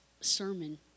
sermon